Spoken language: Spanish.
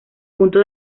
punto